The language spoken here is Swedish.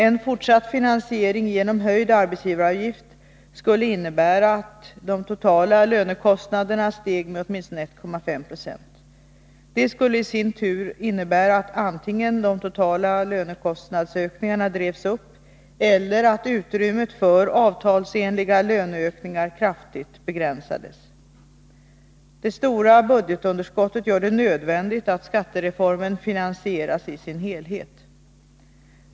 En fortsatt finansiering genom höjd arbetsgivaravgift skulle innebära att de totala lönekostnaderna steg med åtminstone 1,5 20. Det skulle i sin tur innebära att antingen de totala lönekostnadsökningarna drevs upp eller att utrymmet för avtalsenliga löneökningar kraftigt begränsades. Det stora budgetunderskottet gör det nödvändigt att skattereformen finansieras i sin helhet.